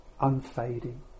unfading